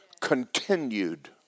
continued